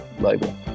label